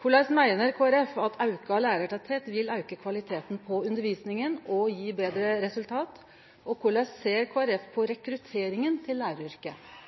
Korleis meiner Kristeleg Folkeparti at auka lærartettleik vil auke kvaliteten på undervisninga og gje betre resultat? Og korleis ser Kristeleg Folkeparti på rekrutteringa til læraryrket?